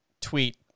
tweet